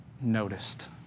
noticed